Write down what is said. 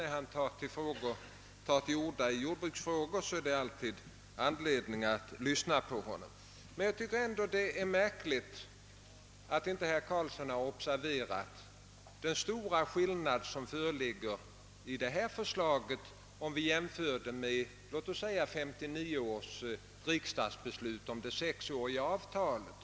När han tar till orda i jordbruksfrågor finns det alltid anledning att lyssna på vad han säger. Men det är ändå märkligt att han inte har observerat den stora skillnad som föreligger mellan detta förslag och låt oss säga 1959 års riksdagsbeslut om det sexåriga avtalet.